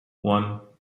one